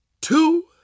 two